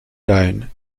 down